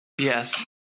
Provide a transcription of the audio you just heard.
Yes